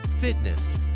fitness